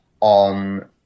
on